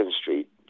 Street